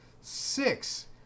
six